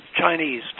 Chinese